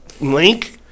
link